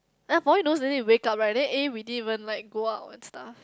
ah for you wake up right then eh we didn't even like go out and stuff